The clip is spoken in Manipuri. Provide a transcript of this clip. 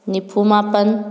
ꯅꯤꯐꯨ ꯃꯥꯄꯟ